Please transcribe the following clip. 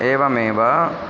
एवमेव